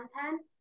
content